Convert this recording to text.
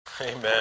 Amen